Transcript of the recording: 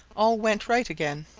all went right again.